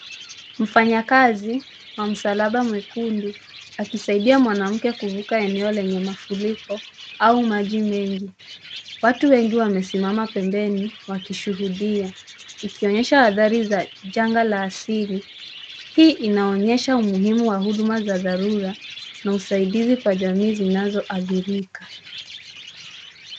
Mfanyakazi wa msalaba mwekundu akisaidia mwanamke kuvuka eeo lenye mafuriko au maji mengi. watu wengi wamesimama pembeni wakishuhudia ikionyesha hadhari za janga la asili. Hii inaonyesha umuhimu wa huduma za dharura na usaidizi kwa jamii zinazoadhirika.